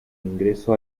ingreso